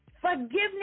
forgiveness